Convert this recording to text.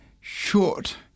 short